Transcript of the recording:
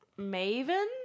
Maven